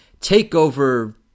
takeover